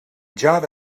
java